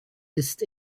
ist